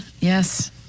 Yes